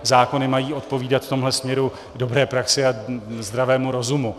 Zákony mají odpovídat v tomhle směru dobré praxi a zdravému rozumu.